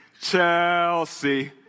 Chelsea